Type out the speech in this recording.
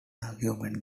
argument